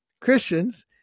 Christians